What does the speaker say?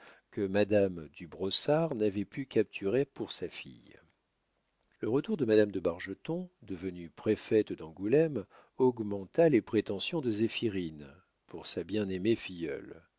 que madame du brossard n'avait pu capturer pour sa fille le retour de madame de bargeton devenue préfète d'angoulême augmenta les prétentions de zéphirine pour sa bien-aimée filleule